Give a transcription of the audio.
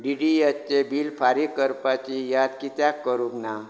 D T H चें bill फारीक करपाची याद कित्याक करूंक ना